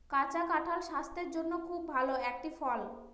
কাঁচা কাঁঠাল স্বাস্থের জন্যে খুব ভালো একটি ফল